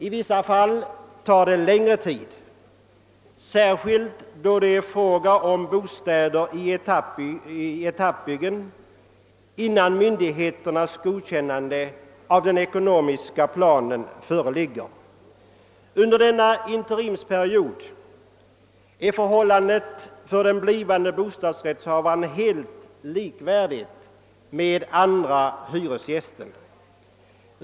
I vissa fall tar det längre tid, särskilt då det är fråga om bostäder i etappbyggen, innan myndigheternas godkännande av den ekonomiska planen föreligger. Under denna interimsperiod är förhållandet för den blivande bostadsrättsinnehavaren helt likvärdigt med andra hyresgästers.